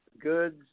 goods